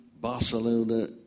Barcelona